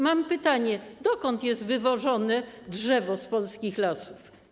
Mam pytanie: Dokąd jest wywożone drewno z polskich lasów?